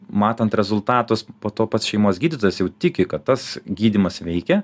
matant rezultatus po to pats šeimos gydytojas jau tiki kad tas gydymas veikia